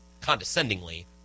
condescendingly